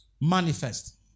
Manifest